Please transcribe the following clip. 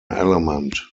element